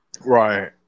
Right